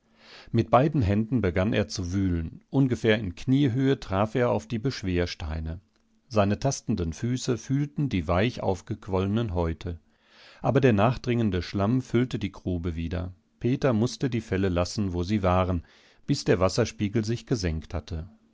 mit beiden händen begann er zu wühlen ungefähr in kniehöhe traf er auf die beschwersteine seine tastenden füße fühlten die weich aufgequollenen häute aber der nachdringende schlamm füllte die grube wieder peter mußte die felle lassen wo sie waren bis der wasserspiegel sich gesenkt hatte